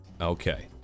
Okay